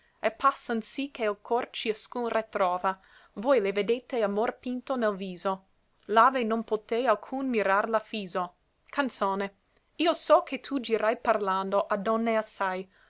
e passan sì che l cor ciascun retrova voi le vedete amor pinto nel viso là ve non pote alcun mirarla fiso canzone io so che tu girai parlando a donne assai